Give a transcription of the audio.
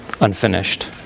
unfinished